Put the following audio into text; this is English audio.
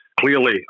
clearly